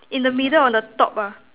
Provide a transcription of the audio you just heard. in the middle on the top ah